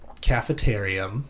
cafeteria